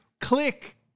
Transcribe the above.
click